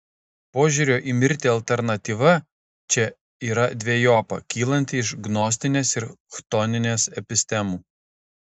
požiūrio į mirtį alternatyva čia yra dvejopa kylanti iš gnostinės ir chtoninės epistemų